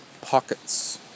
pockets